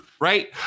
right